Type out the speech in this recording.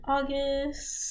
August